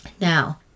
now